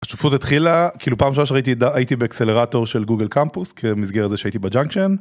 השותפות התחילה כאילו פעם שהייתי הייתי באקסלרטור של גוגל קמפוס כמסגר הזה שהייתי בג'אנקשן.